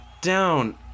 down